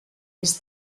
des